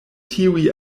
tiuj